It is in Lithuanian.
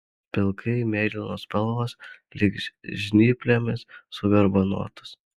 pilkai mėlynos spalvos lyg žnyplėmis sugarbanotas